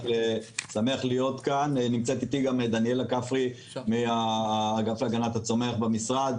נמצאת איתי גם דניאלה כפרי מהאגף להגנת הצומח במשרד,